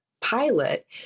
pilot